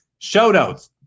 Shoutouts